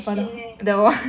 okay okay